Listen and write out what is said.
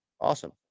Awesome